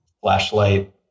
flashlight